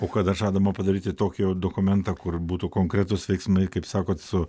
o kada žadama padaryti tokį dokumentą kur būtų konkretūs veiksmai kaip sakot su